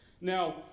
now